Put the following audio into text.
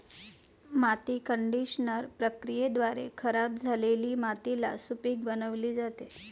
माती कंडिशनर प्रक्रियेद्वारे खराब झालेली मातीला सुपीक बनविली जाते